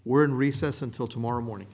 we're in recess until tomorrow morning